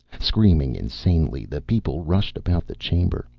screaming insanely the people rushed about the chamber,